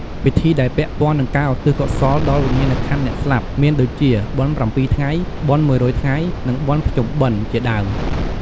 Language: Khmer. ពិធីដែលពាក់ព័ន្ធនឹងការឧទ្ទិសកុសលដល់វិញ្ញាណក្ខន្ធអ្នកស្លាប់ មានដូចជា បុណ្យប្រាំពីរថ្ងែ បុណ្យមួយរយថ្ងៃ និង បុណ្យភ្ជុំបិណ្ឌ ជាដើម។